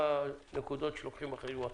מה הנקודות שלוקחים בחשבון.